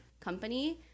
company